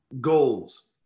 goals